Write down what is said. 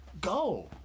go